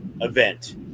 event